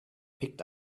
picked